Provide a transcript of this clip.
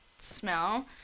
smell